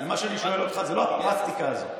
מה שאני שואל אותך זה לא הפרקטיקה הזאת.